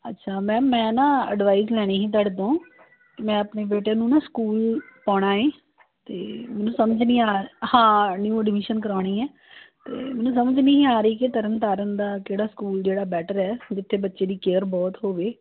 ਅੱਛਾ ਮੈਮ ਮੈਂ ਨਾ ਐਡਵਾਈਸ ਲੈਣੀ ਸੀ ਤੁਹਾਡੇ ਤੋਂ ਮੈਂ ਆਪਣੇ ਬੇਟੇ ਨੂੰ ਨਾ ਸਕੂਲ ਪਾਉਣਾ ਹੈ ਅਤੇ ਮੈਨੂੰ ਸਮਝ ਨਹੀਂ ਆ ਹਾਂ ਨਿਊ ਅਡਮੀਸ਼ਨ ਕਰਾਉਣੀ ਹੈ ਅਤੇ ਮੈਨੂੰ ਸਮਝ ਨਹੀਂ ਆ ਰਹੀ ਕਿ ਤਰਨ ਤਾਰਨ ਦਾ ਕਿਹੜਾ ਸਕੂਲ ਜਿਹੜਾ ਬੈਟਰ ਹੈ ਜਿੱਥੇ ਬੱਚੇ ਦੀ ਕੇਅਰ ਬਹੁਤ ਹੋਵੇ